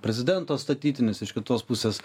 prezidento statytinis iš kitos pusės